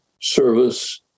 service